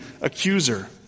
accuser